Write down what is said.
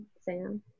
Sam